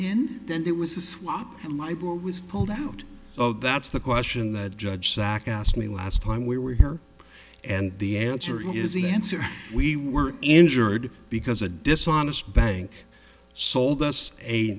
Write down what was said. in then it was a swap and libel was pulled out so that's the question that judge zack asked me last time we were here and the answer is he answered we were injured because a dishonest bank sold us a